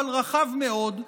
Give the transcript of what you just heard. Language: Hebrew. אבל רחב מאוד,